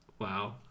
Wow